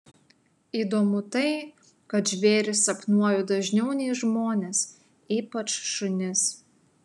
įdomu tai kad žvėris sapnuoju dažniau nei žmones ypač šunis